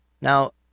Now